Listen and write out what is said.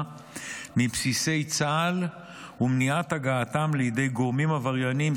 מבסיסי צה"ל ומניעת הגעתם לידי גורמים עברייניים,